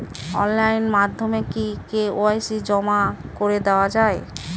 Online মাধ্যমে কি KYC জমা করে দেওয়া য়ায়?